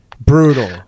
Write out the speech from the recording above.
Brutal